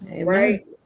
Right